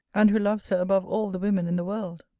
and who loves her above all the women in the world!